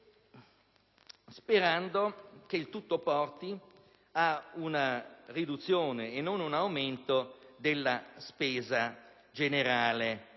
speranza che ciò porti a una riduzione e non a un aumento della spesa generale